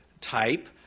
type